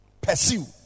pursue